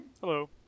Hello